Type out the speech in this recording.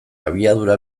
abiadura